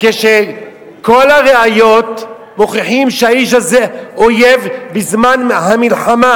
כאשר כל הראיות מוכיחות שהאיש הזה אויב בזמן המלחמה.